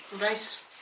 Nice